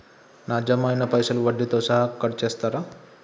నా జమ అయినా పైసల్ వడ్డీతో సహా కట్ చేస్తరా?